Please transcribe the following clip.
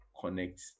connect